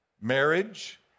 Marriage